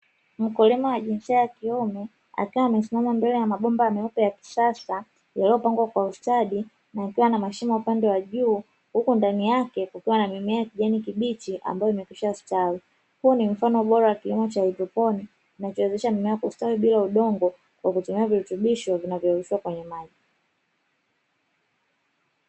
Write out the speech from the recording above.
Mkulima wa jinsia ya kiume akiwa amesimama mbele ya mabomba meupe ya kisasa yaliyopangwa kwa ustadi na yakiwa na mashimo upande wa juu huku ndani yake kukiwa na mimea ya kijani kibichi ambayo imekwishastawi. Huu ni mfano bora wa kilimo cha haidroponi kinachowezesha mimea kustawi bila udongo kwa kutumia virutubisho vinavyoyeyushwa kwenye maji.